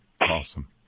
Awesome